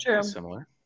similar